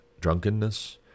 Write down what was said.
drunkenness